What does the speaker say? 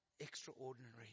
extraordinary